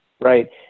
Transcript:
right